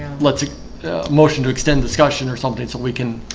let's a motion to extend discussion or something so we can